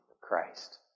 Christ